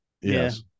yes